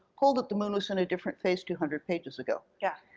hold up, the moon was in a different phase two hundred pages ago. yeah